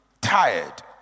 tired